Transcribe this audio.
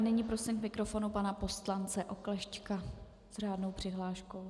Nyní prosím k mikrofonu pana poslance Oklešťka s řádnou přihláškou.